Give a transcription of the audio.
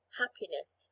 happiness